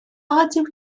ydyw